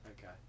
okay